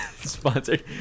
Sponsored